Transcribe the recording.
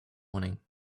morning